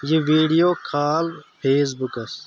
یِہ ویڈیو کھال فیس بُکس